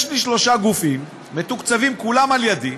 יש לי שלושה גופים, שמתוקצבים כולם על ידי,